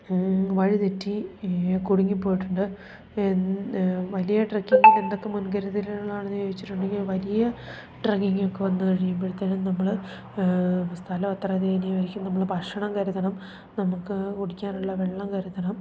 വഴിതെറ്റി കുടുങ്ങിപ്പോയിട്ടുണ്ട് വലിയ ട്രക്കിങ്ങിൽ എന്തൊക്കെ മുൻകരുതലുകളാണെന്ന് ചോദിച്ചിട്ടുണ്ടെങ്കിൽ വലിയ ട്രക്കിങ്ങൊക്കെ വന്നു കഴിയുമ്പോഴത്തേനും നമ്മൾ സ്ഥലം അത്ര നമ്മൾ ഭക്ഷണം കരുതണം നമുക്ക് കുടിക്കാനുള്ള വെള്ളം കരുതണം